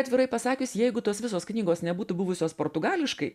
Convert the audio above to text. atvirai pasakius jeigu tos visos knygos nebūtų buvusios portugališkai